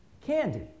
candy